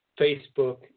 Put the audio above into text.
Facebook